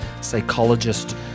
psychologist